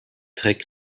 trägt